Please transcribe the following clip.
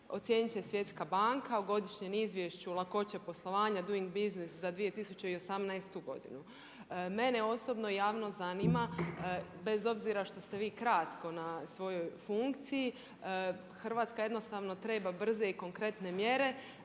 ocijenit će Svjetska banka u godišnjem izvješću lakoće poslovanja Doing Business za 2018. godinu. Mene osobno i javno zanima bez obzira što ste vi kratko na svojoj funkciji Hrvatska jednostavno treba brze i konkretne mjere,